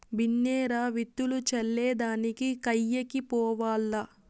బిన్నే రా, విత్తులు చల్లే దానికి కయ్యకి పోవాల్ల